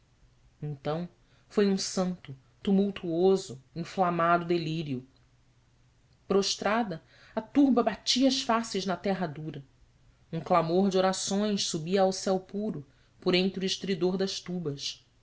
então foi um santo tumultuoso inflamado delírio prostrada a turba batia as faces na terra dura um clamor de orações subia ao céu puro por entre o estridor das tubas